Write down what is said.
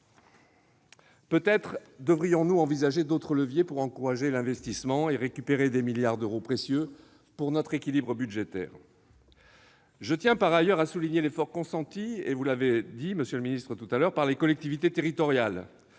Peut-être devrions-nous envisager d'autres leviers en vue d'encourager l'investissement et de récupérer des milliards d'euros précieux pour notre équilibre budgétaire. Je tiens, par ailleurs, à souligner, après vous, monsieur le ministre, l'effort consenti par les collectivités territoriales.